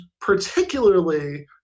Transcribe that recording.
particularly